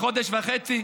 חודש וחצי,